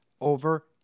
over